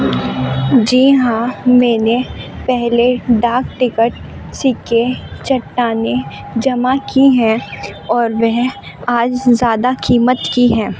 جی ہاں میں نے پہلے ڈاک ٹکٹ سکے چٹانیں جمع کی ہیں اور وہ آج زیادہ قیمت کی ہیں